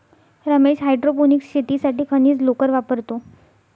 Ramesh hydroponics शेतीसाठी खनिज लोकर वापरतो